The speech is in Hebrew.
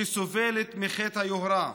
שסובלת מחטא היוהרה,